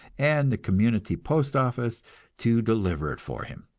and the community postoffice to deliver it for him.